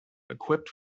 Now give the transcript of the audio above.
equipped